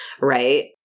right